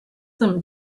them